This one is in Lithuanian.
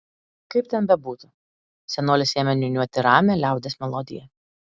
kaip ten bebūtų senolis ėmė niūniuoti ramią liaudies melodiją